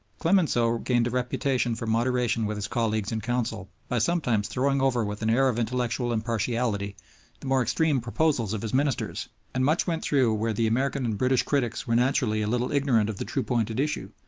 clemenceau gained a reputation for moderation with his colleagues in council by sometimes throwing over with an air of intellectual impartiality the more extreme proposals of his ministers and much went through where the american and british critics were naturally a little ignorant of the true point at issue,